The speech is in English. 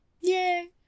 Yay